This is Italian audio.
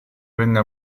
venga